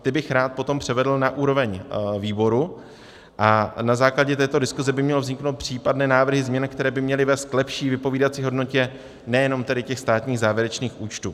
Ty bych rád potom převedl na úroveň výboru a na základě této diskuze by měly vniknout případné návrhy změn, které by měly vést k lepší vypovídací hodnotě nejenom tedy těch státních závěrečných účtů.